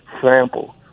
sample